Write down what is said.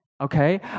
okay